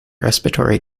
respiratory